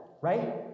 right